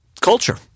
culture